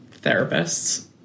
therapists